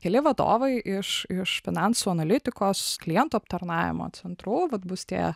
keli vadovai iš iš finansų analitikos klientų aptarnavimo centrų vat bus tie